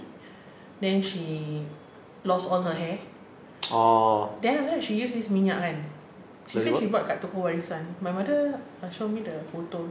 then she lost all her hair then after that she used this minyak kan she say she bought dekat toko warisan my mother show me the photo